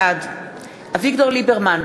בעד אביגדור ליברמן,